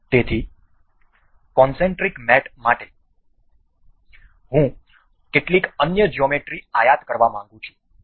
તેથી concentric mat માટે હું કેટલીક અન્ય જ્યોમેટ્રી આયાત કરવા માંગુ છું